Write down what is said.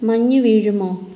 മഞ്ഞ് വീഴുമോ